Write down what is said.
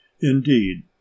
Indeed